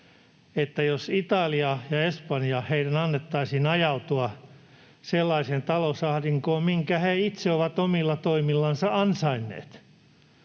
että jos Italian ja Espanjan annettaisiin ajautua sellaiseen talousahdinkoon, minkä he itse ovat omilla toimillansa ansainneet,